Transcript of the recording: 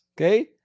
okay